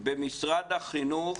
במשרד החינוך,